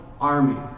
army